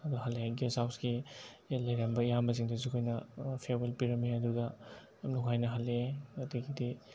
ꯑꯗꯣ ꯍꯜꯂꯛꯑꯦ ꯒꯦꯁ ꯍꯥꯎꯁꯀꯤ ꯂꯩꯔꯝꯕ ꯏꯌꯥꯝꯕꯁꯤꯡꯗꯨꯁꯨ ꯑꯩꯈꯣꯏꯅ ꯐꯤꯌꯥꯔꯋꯦꯜ ꯄꯤꯔꯝꯃꯦ ꯑꯗꯒ ꯑꯗꯨꯝ ꯅꯨꯡꯉꯥꯏꯅ ꯍꯜꯂꯛꯑꯦ ꯑꯗꯒꯤꯗꯤ